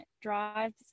drives